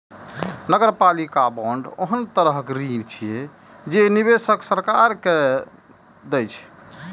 नगरपालिका बांड ओहन तरहक ऋण छियै, जे निवेशक सरकार के दै छै